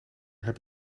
heb